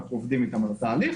אנחנו עובדים על התהליך.